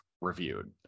reviewed